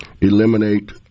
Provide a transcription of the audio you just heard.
eliminate